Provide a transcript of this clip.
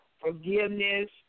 forgiveness